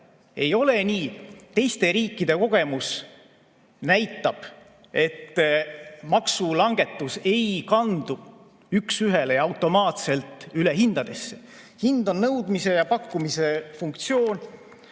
Ei ole nii! Teiste riikide kogemus näitab, et maksulangetus ei kandu üks ühele ja automaatselt üle hindadesse. Hind on nõudmise ja pakkumise [tulemus].